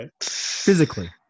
physically